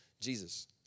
Jesus